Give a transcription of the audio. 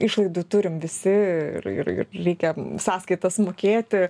išlaidų turim visi ir ir reikia sąskaitas mokėti